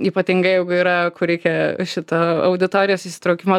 ypatingai jeigu yra kur reikia šito auditorijos įsitraukimo